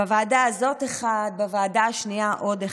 בוועדה הזאת אחד, בוועדה השנייה עוד אחד.